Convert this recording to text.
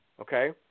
okay